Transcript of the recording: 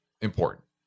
important